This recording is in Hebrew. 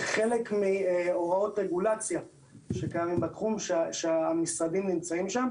כחלק מהוראות רגולציה שקיימים בתחום שהמשרדים נמצאים שם,